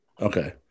Okay